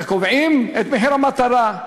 איך קובעים את מחיר המטרה,